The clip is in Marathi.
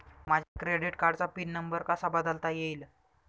माझ्या क्रेडिट कार्डचा पिन नंबर कसा बदलता येईल?